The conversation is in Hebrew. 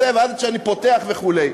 ואז כשאני פותח וכו'.